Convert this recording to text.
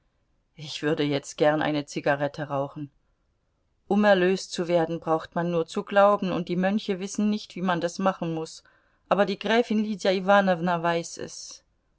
ich würde jetzt gern eine zigarette rauchen um erlöst zu werden braucht man nur zu glauben und die mönche wissen nicht wie man das machen muß aber die gräfin lydia iwanowna weiß es